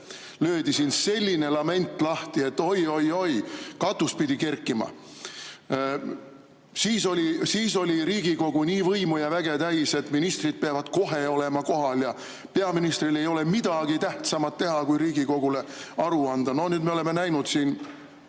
löödi siin selline lament lahti, et oi-oi-oi, katus pidi kerkima. Siis oli Riigikogu nii võimu ja väge täis, öeldi, et ministrid peavad kohe olema kohal ja peaministril ei ole midagi tähtsamat teha kui Riigikogule aru anda. Nüüd me oleme näinud aasta